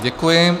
Děkuji.